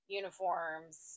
uniforms